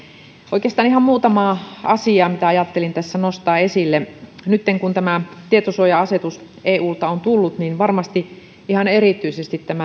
oikeastaan on ihan muutama asia mitä ajattelin tässä nostaa esille nytten kun tämä tietosuoja asetus eulta on tullut niin varmasti ihan erityisesti